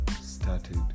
started